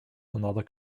another